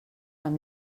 amb